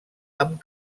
amb